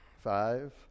Five